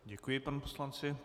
Děkuji panu poslanci.